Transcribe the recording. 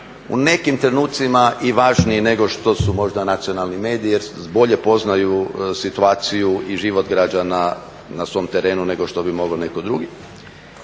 u nekim trenucima možda i važniji nego što su nacionalni mediji jer bolje poznaju situaciju i život građana na svom terenu nego što bi mogao netko drugi.